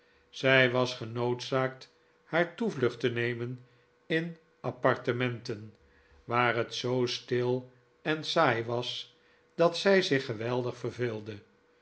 zij was genoodzaakt haar toevlucht te nemen in appartementen waar het zoo stil en saai was dat zij zich geweldig verveelde